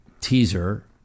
teaser